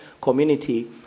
community